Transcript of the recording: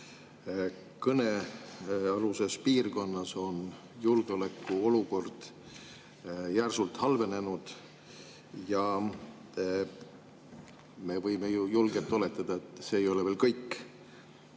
Kõnealuses piirkonnas on julgeolekuolukord järsult halvenenud ja me võime julgelt oletada, et see ei ole veel kõik.